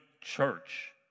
church